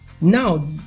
Now